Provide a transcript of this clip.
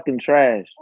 trash